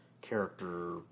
character